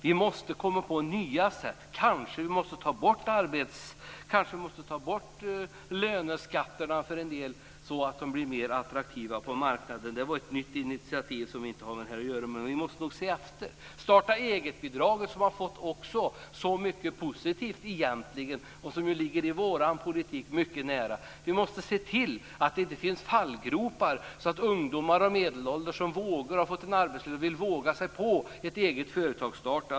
Vi måste komma på nya sätt, kanske vi måste ta bort löneskatterna för en del så att de blir mera attraktiva på marknaden. Det var ett nytt initiativ som inte har med det här att göra. Men vi måste nog se efter. Starta-eget-bidraget har medfört mycket positivt. Det ligger nära vår politik. Vi måste se till att det inte finns fallgropar så att ungdomar och medelålders personer vågar sig på att starta ett eget företag.